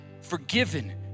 forgiven